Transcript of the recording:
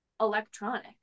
electronic